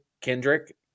Kendrick